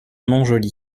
montjoly